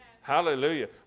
Hallelujah